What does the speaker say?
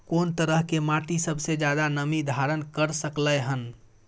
कोन तरह के माटी सबसे ज्यादा नमी धारण कर सकलय हन?